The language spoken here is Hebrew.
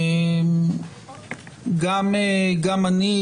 גם אני,